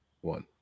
One